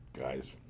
Guys